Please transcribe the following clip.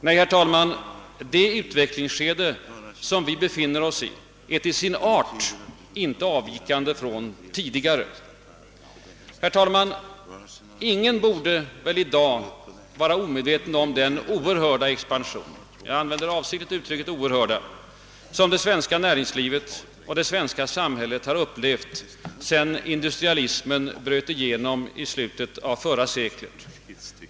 Nej, herr talman, det utvecklingsskede vi befinner oss i är till sin art inte avvikande från tidigare. Herr talman! Ingen borde väl i dag vara omedveten om den oerhörda expansion — jag använder avsiktligt uttrycket »oerhörd» — som det svenska näringslivet och det svenska samhället upplevt sedan industrialismen bröt igenom i slutet av förra seklet.